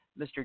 Mr